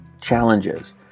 challenges